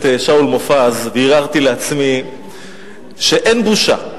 שאול מופז והרהרתי לעצמי שאין בושה,